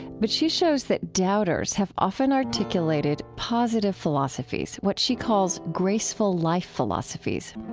but she shows that doubters have often articulated positive philosophies, what she calls graceful life philosophies.